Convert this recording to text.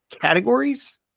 categories